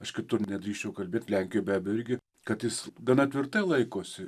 aš kitur nedrįsčiau kalbėt lenkijoj be abejo irgi kad jis gana tvirtai laikosi